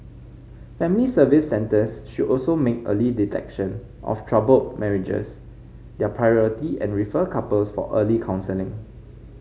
family Service Centres should also make early detection of troubled marriages their priority and refer couples for early counselling